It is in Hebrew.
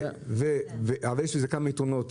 יש לזה כמה יתרונות,